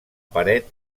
paret